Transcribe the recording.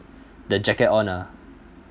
the jacket on ah